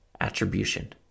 Attribution